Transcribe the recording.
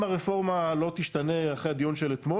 אם הרפורמה לא תשתנה אחרי הדיון של אתמול